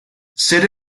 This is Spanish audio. ser